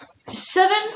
seven